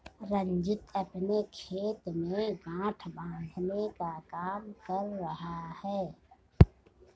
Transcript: रंजीत अपने खेत में गांठ बांधने का काम कर रहा है